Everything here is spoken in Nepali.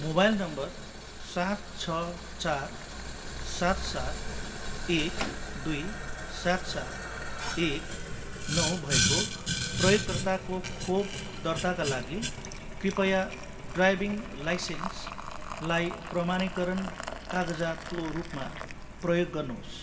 मोबाइल नम्बर सात छ चार सात सात एक दुई सात सात एक नौ भएको प्रयोगकर्ताको खोप दर्ताका लागि कृपया ड्राइभिङ लाइसेन्सलाई प्रमाणीकरण कागजातको रूपमा प्रयोग गर्नुहोस्